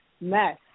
mess